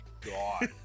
god